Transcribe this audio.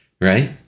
Right